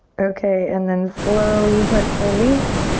okay, and then slowly let's release.